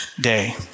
day